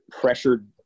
pressured